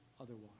otherwise